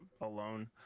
alone